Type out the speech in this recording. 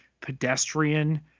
pedestrian